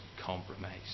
compromise